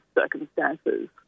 circumstances